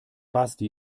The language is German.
basti